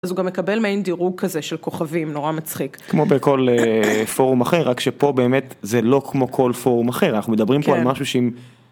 אז הוא גם מקבל מעין דירוג כזה של כוכבים נורא מצחיק. כמו בכל פורום אחר, רק שפה באמת זה לא כמו כל פורום אחר אנחנו מדברים פה על משהו.